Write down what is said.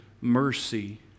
mercy